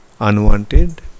unwanted